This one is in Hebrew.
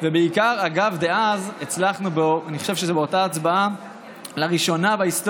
אז גם מפה נאחל בהצלחה רבה.